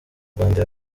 rwanda